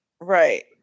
right